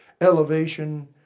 elevation